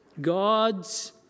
God's